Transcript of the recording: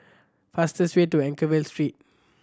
fastest way to Anchorvale Street